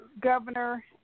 governor